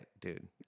dude